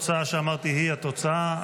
התוצאה שאמרתי היא התוצאה.